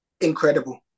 incredible